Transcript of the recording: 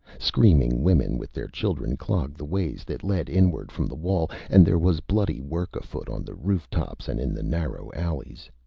screaming women with their children clogged the ways that led inward from the wall, and there was bloody work afoot on the rooftops and in the narrow alleys.